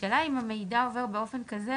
השאלה אם המידע עובר באופן כזה